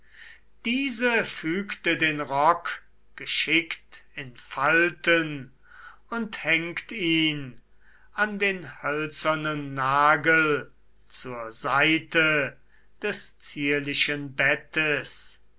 diese fügte den rock geschickt in falten und hängt ihn an den hölzernen nagel zur seite des zierlichen bettes